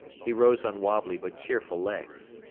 he rose on wobbly but cheerful legs.